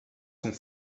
sont